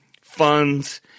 funds